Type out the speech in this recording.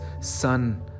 son